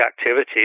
activities